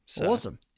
Awesome